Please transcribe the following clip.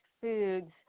foods